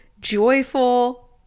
joyful